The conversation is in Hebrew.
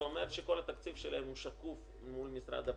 זה אומר שכל התקציב שלהן הוא שקוף מול משרד הפנים,